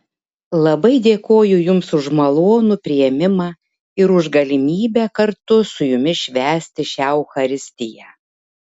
labai dėkoju jums už malonų priėmimą ir už galimybę kartu su jumis švęsti šią eucharistiją